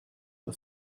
are